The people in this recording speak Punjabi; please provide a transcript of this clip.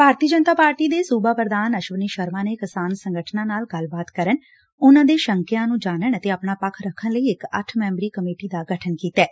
ਭਾਰਤੀ ਜਨਤਾ ਪਾਰਟੀ ਦੇ ਸੁਬਾ ਪ੍ਰਧਾਨ ਅਸ਼ਵਨੀ ਸ਼ਰਮਾ ਨੇ ਕਿਸਾਨ ਸੰਗਠਨਾਂ ਨਾਲ ਗੱਲਬਾਤ ਕਰਨ ਅਤੇ ਉਨੂਾਂ ਦੇ ਸ਼ੰਕਿਆ ਨੂੰ ਜਾਣਨ ਅਤੇ ਆਪਣਾ ਪੱਖ ਰੱਖਣ ਲਈ ਇਕ ਅੱਠ ਮੈਂਬਰੀ ਕਮੇਟੀ ਦਾ ਗਠਨ ਕੀਤੈ